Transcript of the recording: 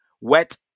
wet